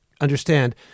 understand